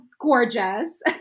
gorgeous